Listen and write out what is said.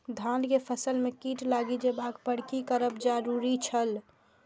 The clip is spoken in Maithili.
धान के फसल में कीट लागि जेबाक पर की करब जरुरी छल?